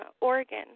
Oregon